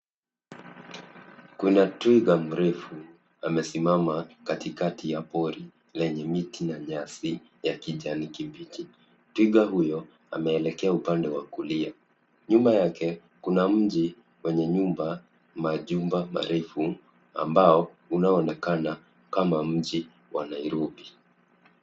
Kuna twiga mrefu amesimama katikati ya pori lenye miti na nyasi ya kijani kibichi, twiga huyo ameelekea upande wa kulia, nyuma yake kuna mji wenye nyumba, majumba marefu ambao unaonekana kama mji wa Nairobi.